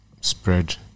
spread